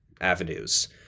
avenues